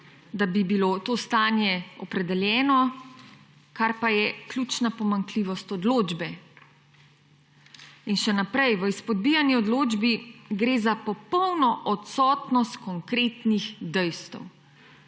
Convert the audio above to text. da bi bilo to stanje opredeljeno, kar pa je ključna pomanjkljivost odločbe. In še naprej, v izpodbijani odločbi gre za popolno odsotnost konkretnih dejstev.